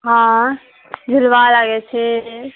हाँ झुलबा लागैत छै